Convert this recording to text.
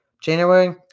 January